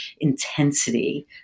intensity